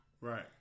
Right